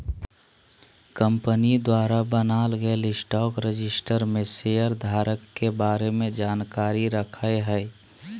company द्वारा बनाल गेल स्टॉक रजिस्टर में शेयर धारक के बारे में जानकारी रखय हइ